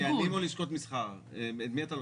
תעשיינים או לשכת מסחר, מי אתה לוקח?